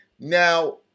now